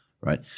right